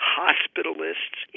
hospitalists